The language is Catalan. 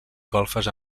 golfes